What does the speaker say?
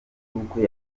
ubukwe